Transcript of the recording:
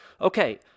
Okay